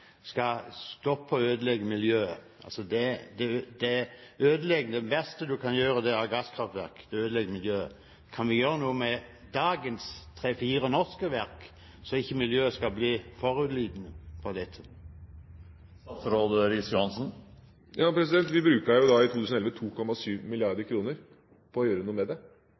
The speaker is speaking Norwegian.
skal stoppe å ødelegge miljøet? Det verste man kan gjøre, er å ha gasskraftverk. Det ødelegger miljøet. Kan vi gjøre noe med dagens tre–fire norske verk, så ikke miljøet blir skadelidende av dette? Ja, vi bruker i 2011 2,7 mrd. kr på å gjøre noe med det.